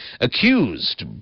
accused